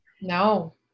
no